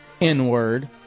N-word